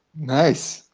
nice.